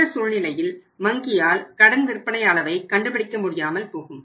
இந்த சூழ்நிலையில் வங்கியால் கடன் விற்பனை அளவைக் கண்டுபிடிக்க முடியாமல் போகும்